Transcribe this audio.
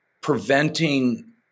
preventing